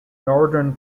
northern